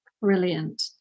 Brilliant